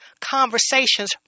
conversations